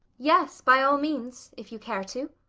yes, by all means, if you care to.